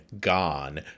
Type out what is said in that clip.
gone